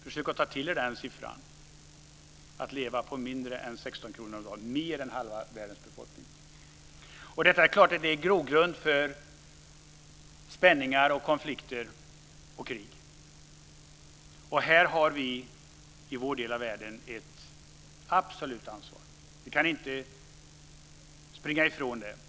Försök ta till er den siffran, att leva på mindre än 16 kr om dagen. Det gör mer än halva världens befolkning. Det är klart att det är grogrund för spänningar, konflikter och krig. Här har vi i vår del av världen ett absolut ansvar. Vi kan inte springa ifrån det.